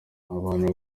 abana